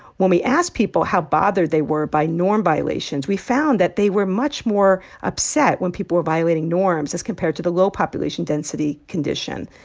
when we asked people how bothered they were by norm violations, we found that they were much more upset when people were violating norms as compared to the low population density condition.